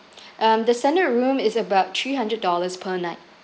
um the centre room is about three hundred dollars per night